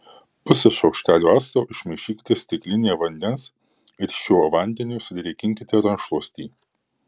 pusę šaukštelio acto išmaišykite stiklinėje vandens ir šiuo vandeniu sudrėkinkite rankšluostį